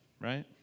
right